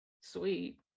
sweet